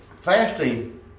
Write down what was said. fasting